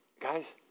guys